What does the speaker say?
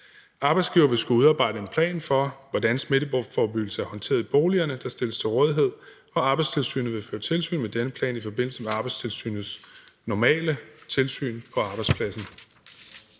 Arbejdsgivere vil skulle udarbejde en plan for, hvordan smitteforebyggelsen er håndteret i boligerne, der stilles til rådighed, og Arbejdstilsynet vil føre tilsyn med denne plan i forbindelse med Arbejdstilsynets normale tilsyn på arbejdspladsen.